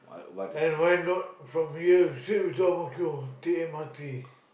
and why not from here straight away to double kill take M_R_T